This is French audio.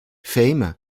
fame